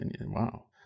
Wow